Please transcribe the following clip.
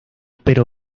pero